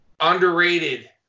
Underrated